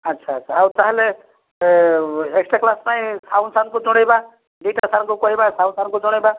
ଆଚ୍ଛା ଆଚ୍ଛା ଆଉ ତା'ହେଲେ ଏକ୍ସଟ୍ରା କ୍ଲାସ ପାଇଁ ସାହୁ ସାର୍ ଙ୍କୁ ଜଣାଇବା ଦୁଇଟା ସାର୍ ଙ୍କୁ କହିବା ସାହୁ ସାର୍ ଙ୍କୁ ଜଣାଇବା